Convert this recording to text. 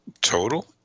Total